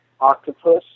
octopus